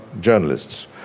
journalists